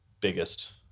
biggest